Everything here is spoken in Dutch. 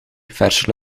verse